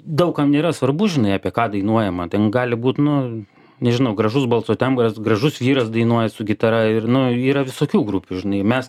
daug kam nėra svarbu žinai apie ką dainuojama ten gali būt nu nežinau gražus balso tembras gražus vyras dainuoja su gitara ir nu yra visokių grupių žinai mes